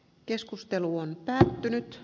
keskustelu on päättynyt